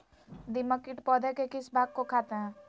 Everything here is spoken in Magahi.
दीमक किट पौधे के किस भाग को खाते हैं?